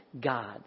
God